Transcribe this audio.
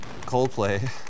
Coldplay